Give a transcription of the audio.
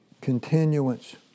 continuance